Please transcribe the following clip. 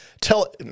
tell